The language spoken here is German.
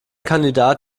kandidat